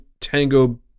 tango